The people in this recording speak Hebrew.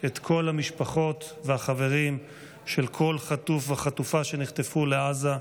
את כל המשפחות והחברים של כל חטוף וחטופה שנחטפו לעזה,